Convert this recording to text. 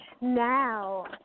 now